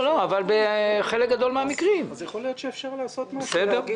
יכול להיות שאפשר לעשות משהו.